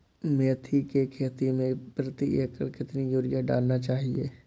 मेथी के खेती में प्रति एकड़ कितनी यूरिया डालना चाहिए?